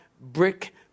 brick